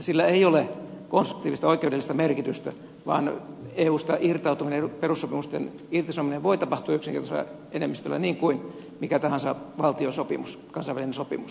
sillä ei ole konstruktiivista oikeudellista merkitystä vaan eusta irtautuminen perussopimusten irtisanominen voi tapahtua yksinkertaisella enemmistöllä niin kuin mikä tahansa valtiosopimus kansainvälinen sopimus